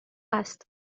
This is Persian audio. است